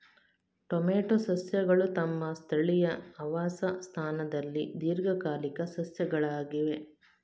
tomato ಸಸ್ಯಗಳು ತಮ್ಮ ಸ್ಥಳೀಯ ಆವಾಸ ಸ್ಥಾನದಲ್ಲಿ ದೀರ್ಘಕಾಲಿಕ ಸಸ್ಯಗಳಾಗಿವೆ